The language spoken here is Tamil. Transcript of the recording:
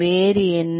வேறு என்ன